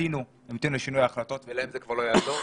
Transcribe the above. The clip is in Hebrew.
שהמתינו לשינוי ההחלטות, ולהם זה כבר לא יעזור.